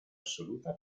assoluta